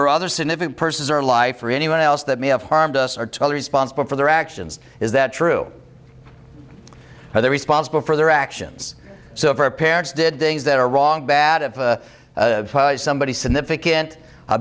or other significant persons or life or anyone else that may have harmed us or to other responsible for their actions is that true or they're responsible for their actions so if our parents did days that are wrong bad of somebody significant a